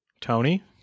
Tony